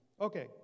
Okay